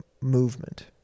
movement